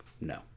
no